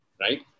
right